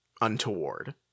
untoward